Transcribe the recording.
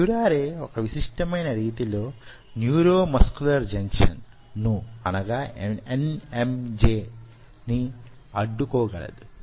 curare వొక విశిష్టమైన రీతి లో న్యూరోమస్క్యులర్ జంక్షన్ ను అడ్డుకొగలదు